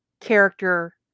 character